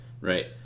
right